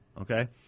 Okay